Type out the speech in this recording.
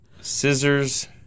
Scissors